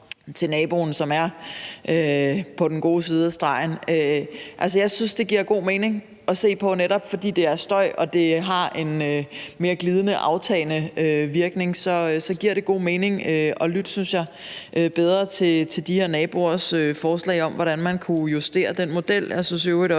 til naboen, som er på den gode side af stregen. Jeg synes, det giver god mening, netop fordi det er støj og det har en mere glidende aftagende virkning, at lytte bedre til de her naboers forslag om, hvordan man kunne justere den model.